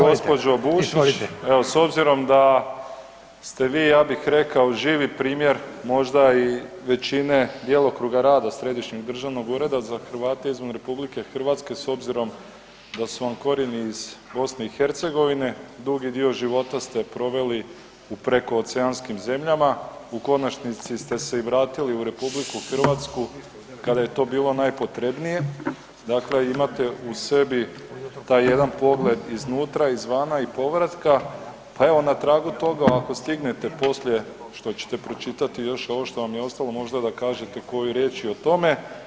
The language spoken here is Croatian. Gospođo Bušić evo s obzirom da ste vi ja bih rekao živi primjer možda i većine djelokruga rada Središnjeg državnog ureda za Hrvate izvan RH s obzirom da su vam korijeni iz BiH, dugi dio života ste proveli u prekooceanskim zemljama, u konačnici ste se i vratiti u RH kada je to bilo najpotrebnije, dakle imate u sebi taj jedan pogled iznutra, izvana i povratka, pa evo na tragu toga ako stignete poslije što ćete počitati još ovo što vam je ostalo, možda da kažete i koju riječ i o tome.